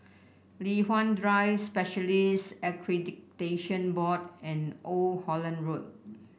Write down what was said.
Li Hwan Drive Specialists Accreditation Board and Old Holland Road